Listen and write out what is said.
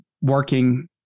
working